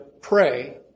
pray